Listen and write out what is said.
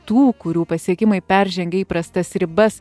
tų kurių pasiekimai peržengia įprastas ribas